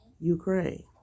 Ukraine